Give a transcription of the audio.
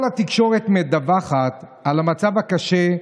כל התקשורת מדווחת על המצב הקשה,